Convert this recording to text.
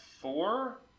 four